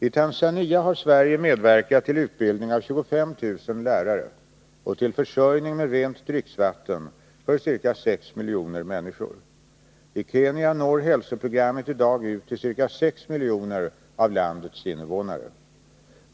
I Tanzania har Sverige medverkat till utbildning av 25 000 lärare och till försörjning med rent dricksvatten för ca 6 miljoner människor. I Kenya når hälsoprogrammet i dag ut till ca 6 miljoner avlandets invånare.